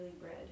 bread